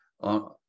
on